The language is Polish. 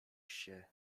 się